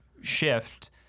shift